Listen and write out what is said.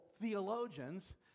theologians